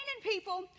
people